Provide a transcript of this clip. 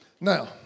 Now